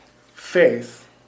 Faith